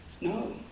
No